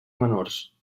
menors